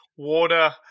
Water